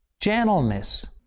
gentleness